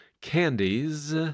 Candies